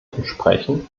entsprechen